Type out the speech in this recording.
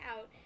out